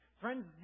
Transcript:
Friends